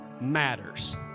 matters